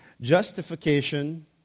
justification